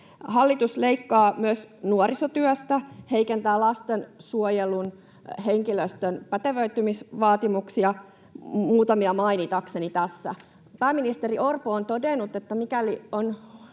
Hallitus leikkaa myös nuorisotyöstä, heikentää lastensuojelun henkilöstön pätevöitymisvaatimuksia, muutamia mainitakseni tässä. Pääministeri Orpo on todennut, että mikäli on